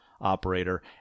operator